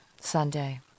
Sunday